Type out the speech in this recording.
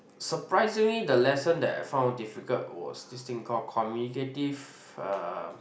surprisingly the lesson that I found difficult was this thing called communicative uh